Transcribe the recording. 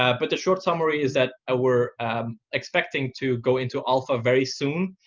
ah but the short summary is that ah we're expecting to go into alpha very soon,